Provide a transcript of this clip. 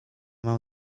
mam